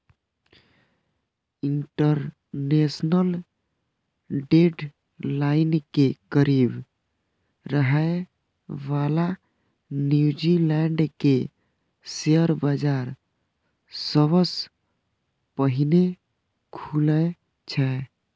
international date line के करीब रहै बला न्यूजीलैंड के शेयर बाजार सबसं पहिने खुलै छै